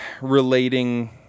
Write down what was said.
relating